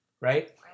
right